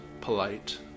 polite